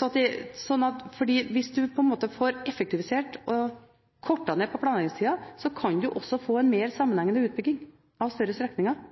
For hvis man får effektivisert og kortet ned på planleggingstiden, kan man også få en mer sammenhengende utbygging av større strekninger.